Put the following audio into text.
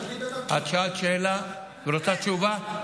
את שאלת שאלה, רוצה תשובה?